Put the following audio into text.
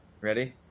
Ready